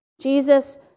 Jesus